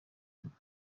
inyuma